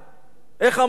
איך אמר לי היום